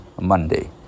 Monday